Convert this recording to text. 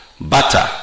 butter